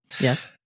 yes